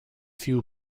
few